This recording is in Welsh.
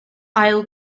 ail